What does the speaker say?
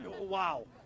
wow